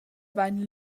vain